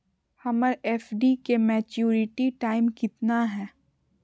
हमर एफ.डी के maturity time कितना है?